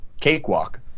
cakewalk